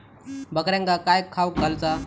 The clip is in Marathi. बकऱ्यांका काय खावक घालूचा?